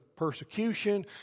persecution